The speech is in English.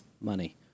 money